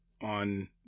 on